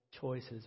choices